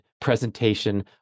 presentation